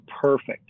perfect